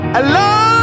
alone